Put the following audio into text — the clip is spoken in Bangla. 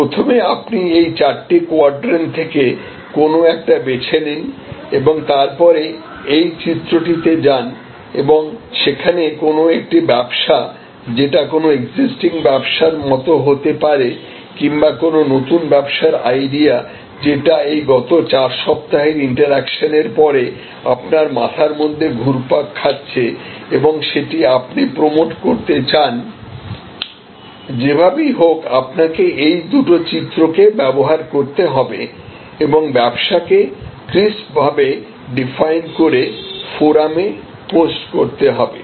প্রথমে আপনি এই চারটি কোয়াড্রেন্ট থেকে কোন একটি বেছে নিন এবং তারপরে এই চিত্রটি তে যান এবং সেখানে কোন একটি ব্যবসা যেটা কোন একজিস্স্টিং ব্যবসার মতো হতে পারে কিম্বা কোন নতুন ব্যবসার আইডিয়া যেটা এই গত চার সপ্তাহের ইন্টেরাকশন এর পরে আপনার মাথার মধ্যে ঘুরপাক খাচ্ছে এবং সেটি আপনি প্রমোট করতে চান যেভাবেই হোক আপনাকে এই দুটো চিত্র কে ব্যবহার করতে হবে এবং ব্যবসাকে ক্রিসপ ভাবে ডিফাইন করে ফোরামে পোস্ট করতে হবে